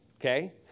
okay